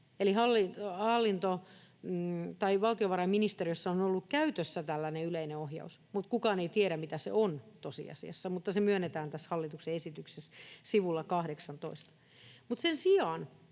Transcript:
Eli valtiovarainministeriössä on ollut käytössä tällainen yleinen ohjaus — mutta kukaan ei tiedä, mitä se tosiasiassa on — ja se myönnetään tässä hallituksen esityksessä sivulla 18. Sen sijaan